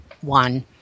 one